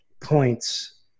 points